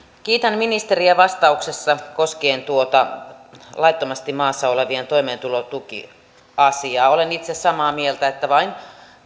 kiitän ministeriä vastauksesta koskien tuota laittomasti maassa olevien toimeentulotukiasiaa olen itse samaa mieltä että vain